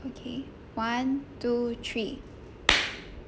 okay one two three